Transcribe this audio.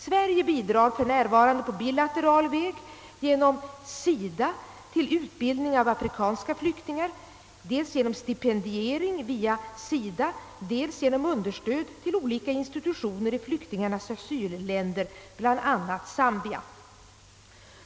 Sverige bidrar för närvarande på bilateral väg genom SIDA till utbildning av afrikanska flyktingar dels genom stipendiering via SIDA, dels genom understöd till olika institutioner i flyktingarnas asylländer, bl.a. Zambia.